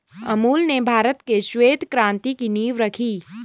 अमूल ने भारत में श्वेत क्रान्ति की नींव रखी